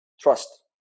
trust